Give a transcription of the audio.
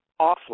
offline